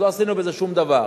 אז לא עשינו בזה שום דבר.